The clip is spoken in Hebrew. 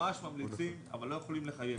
ממש ממליצים אבל לא יכולים לחייב.